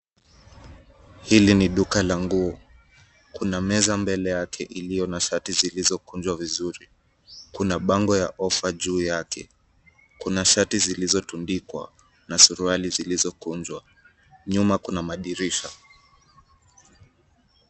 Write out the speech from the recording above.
Hili ni duka la nguo. Kuna meza mbele yake iliyo na shati zilizokunjwa vizuri. Kuna bango ya ofa juu yake. Kuna shati zilizotundikwa na suruali zilizokunjwa. Nyuma kuna madirisha.